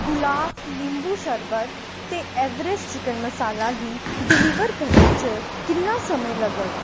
गुलाब निंबू शर्बत ते एवेरेस्ट चिकन मसाला गी डलीवर करने च किन्ना समां लग्गग